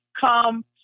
Come